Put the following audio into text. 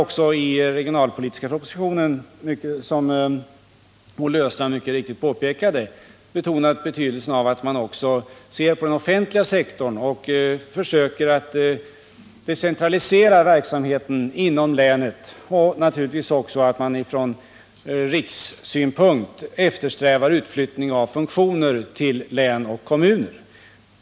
Jag har i den regionalpolitiska propositionen, vilket Olle Östrand mycket riktigt påpekade, betonat betydelsen av att man också när det gäller den offentliga sektorn försöker decentralisera verksamheten inom länet och att man från rikssynpunkt främjar utflyttning av funktioner till län och kommuner.